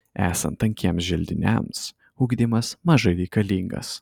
esant tankiems želdiniams ugdymas mažai reikalingas